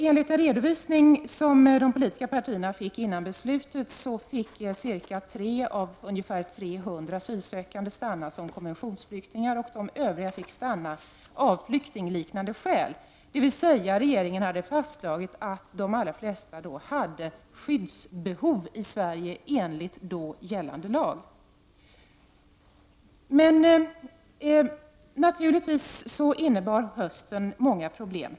Enligt en redovisning som de politiska partierna erhöll före beslutet fick ca 3 av ungefär 300 asylsökande stanna som konventionsflyktingar, och de övriga fick stanna av flyktingliknande skäl; dvs. regeringen hade fastslagit att de allra flesta hade skyddsbehov i Sverige enligt då gällande lag. Men naturligtvis innebar hösten många problem.